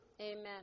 Amen